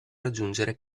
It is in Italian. raggiungere